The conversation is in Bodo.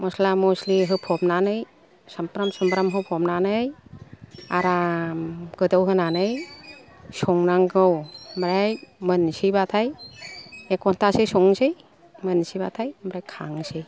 मस्ला मस्लि होफबनानै सामब्राम सुमब्राम होफबनानै आराम गोदौहोनानै संनांगौ ओमफ्राय मोनसैबाथाय एक गन्थासो संसै मोनसैबाथाय ओमफ्राय खांसै